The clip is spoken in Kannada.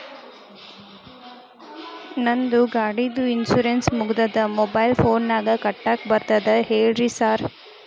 ನಂದ್ ಗಾಡಿದು ಇನ್ಶೂರೆನ್ಸ್ ಮುಗಿದದ ಮೊಬೈಲ್ ಫೋನಿನಾಗ್ ಕಟ್ಟಾಕ್ ಬರ್ತದ ಹೇಳ್ರಿ ಸಾರ್?